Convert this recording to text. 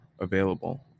available